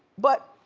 but,